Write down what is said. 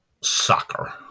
soccer